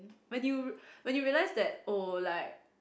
when you when you realise that oh like